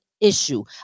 Issue